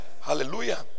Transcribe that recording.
Hallelujah